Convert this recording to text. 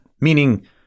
meaning